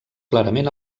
clarament